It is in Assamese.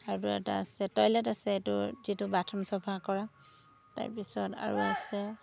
আৰু এটা আছে টয়লেট আছে এইটো যিটো বাথৰুম চফা কৰা তাৰ পিছত আৰু আছে